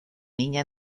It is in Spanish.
niña